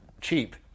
cheap